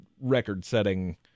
record-setting